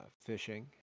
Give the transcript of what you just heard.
fishing